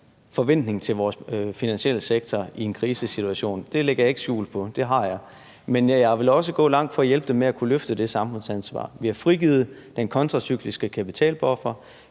forventning til vores finansielle sektor i en krisesituation. Det lægger jeg ikke skjul på jeg har. Men jeg vil også gå langt for at hjælpe dem med at kunne løfte det samfundsansvar. Vi har frigivet den kontracykliske kapitalbuffer,